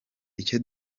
icyo